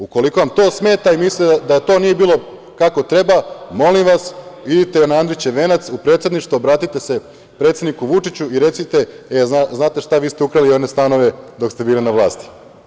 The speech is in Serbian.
Ukoliko vam to smeta i mislite da nije bilo kako treba, molim vas idite na Andrićev venac u Predsedništvo, obratite se predsedniku Vučiću i recite – znate šta, vi ste ukrali one stanove dok ste bili na vlasti.